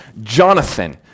Jonathan